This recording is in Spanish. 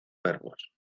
verbos